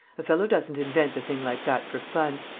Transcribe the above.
a fellow doesn't invent a thing like that for fun.